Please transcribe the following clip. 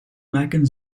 maken